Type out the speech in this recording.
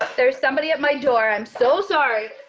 there's somebody at my door. i'm so sorry.